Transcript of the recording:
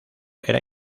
era